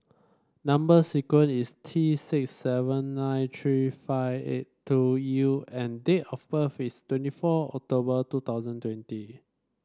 number sequence is T six seven nine tree five eight two U and date of birth is twenty four October two thousand twenty